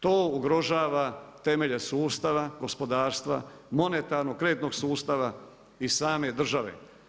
To ugrožava temelje sustava gospodarstva, monetarnu, kreditnog sustava i same države.